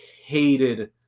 hated